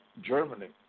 Germany